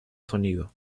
sonido